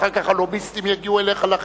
אחר כך הלוביסטים יגיעו אליך לחדר,